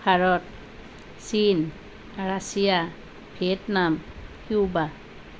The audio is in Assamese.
ভাৰত চীন ৰাছিয়া ভিয়েটনাম কিউবা